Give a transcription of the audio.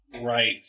right